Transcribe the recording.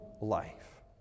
life